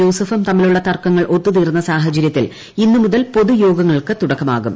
ജോസഫും തമ്മിലുളള തർക്കങ്ങൾ ഒത്തുതീർന്ന സാഹചര്യത്തിൽ ഇന്ന് മുതൽ പൊതുയോഗങ്ങൾക്ക് തുടക്കമാകും